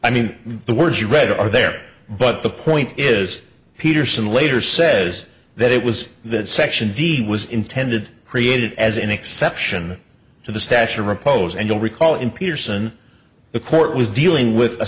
read are there but the point is peterson later says that it was that section d was intended created as an exception to the stature of repose and you'll recall in peterson the court was dealing with a